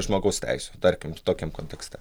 žmogaus teisių tarkim tokiam kontekste